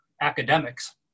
academics